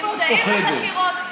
נמצאים בחקירות,